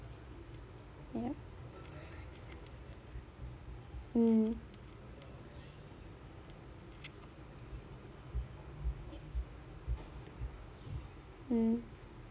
ya mm mm